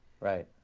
right